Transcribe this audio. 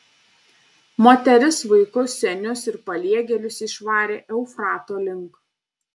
moteris vaikus senius ir paliegėlius išvarė eufrato link